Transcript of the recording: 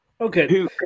Okay